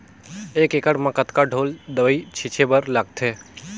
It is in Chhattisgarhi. एक एकड़ म कतका ढोल दवई छीचे बर लगथे?